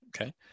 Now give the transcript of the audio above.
okay